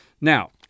Now